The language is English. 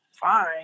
fine